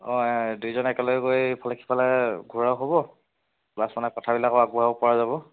অঁ দুইজন একেলগ গৈ ইফালে সিফালে ঘূৰাও হ'ব প্লাছ মানে কথাবিলাকো আগবঢ়াব পৰা যাব